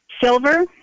Silver